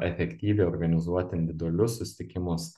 efektyviai organizuoti individualius susitikimus